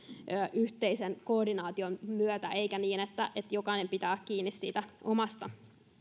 yhteisen koordinaation myötä eikä niin että jokainen pitää kiinni siitä omasta